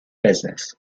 business